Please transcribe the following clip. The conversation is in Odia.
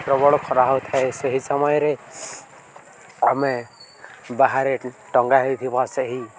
ପ୍ରବଳ ଖରା ହେଉଥାଏ ସେହି ସମୟରେ ଆମେ ବାହାରେ ଟଙ୍ଗା ହେଇଥିବା ସେହି